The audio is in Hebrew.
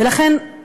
ולכן,